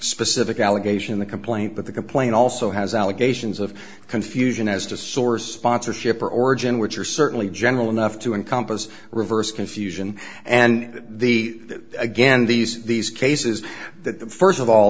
specific allegation in the complaint but the complaint also has allegations of confusion as to source ponce or shipper origin which are certainly general enough to encompass reverse confusion and the again these these cases that the first of all